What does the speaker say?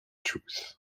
truth